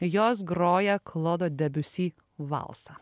jos groja klodo debiusi valsą